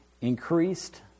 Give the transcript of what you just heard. increased